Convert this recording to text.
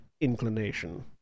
inclination